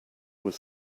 were